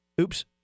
Oops